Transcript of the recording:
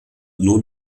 nur